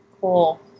Cool